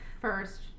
first